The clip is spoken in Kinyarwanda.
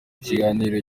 ikiganiro